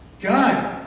God